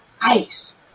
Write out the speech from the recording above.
ice